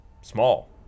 small